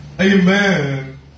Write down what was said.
amen